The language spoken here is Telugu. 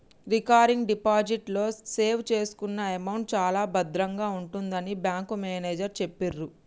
రికరింగ్ డిపాజిట్ లో సేవ్ చేసుకున్న అమౌంట్ చాలా భద్రంగా ఉంటుందని బ్యాంకు మేనేజరు చెప్పిర్రు